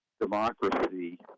democracy